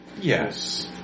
yes